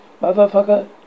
Motherfucker